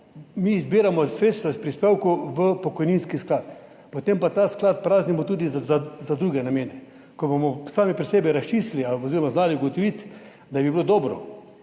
mi zbiramo sredstva iz prispevkov v pokojninski sklad, potem pa ta sklad praznimo tudi za druge namene. Ko bomo sami pri sebi razčistili oziroma znali ugotoviti, da bi bilo dobro,